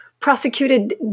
Prosecuted